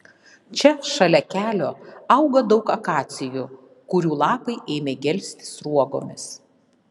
čia šalia kelio auga daug akacijų kurių lapai ėmė gelsti sruogomis